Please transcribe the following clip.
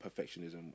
perfectionism